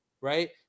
right